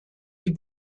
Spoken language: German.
die